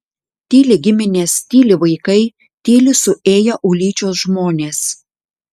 tyli giminės tyli vaikai tyli suėję ulyčios žmonės